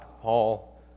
Paul